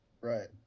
right